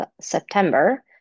September